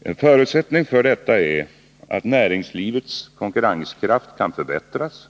En förutsättning för detta är att näringslivets konkurrenskraft kan förbättras.